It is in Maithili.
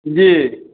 जी